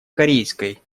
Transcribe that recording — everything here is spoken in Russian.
корейской